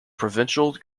provincial